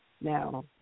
Now